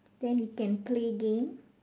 then we can play game